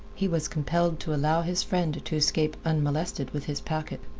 he was compelled to allow his friend to escape unmolested with his packet.